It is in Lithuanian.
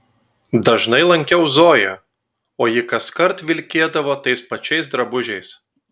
dažnai lankiau zoją o ji kaskart vilkėdavo tais pačiais drabužiais